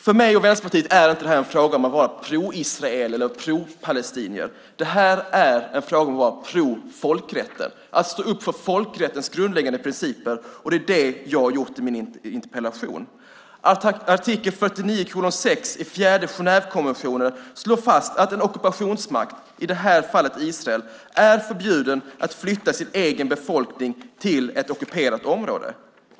För mig och Vänsterpartiet är inte det här en fråga om att vara proisraelisk eller propalestinsk. Det här är en fråga om att vara "pro" folkrätten, att stå upp för folkrättens grundläggande principer. Det är det jag har gjort i min interpellation. Artikel 49:6 i fjärde Genèvekonventionen slår fast att en ockupationsmakt, i det här fallet Israel, är förbjuden att flytta sin egen befolkning till ett ockuperat område.